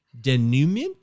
denouement